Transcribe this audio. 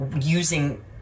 using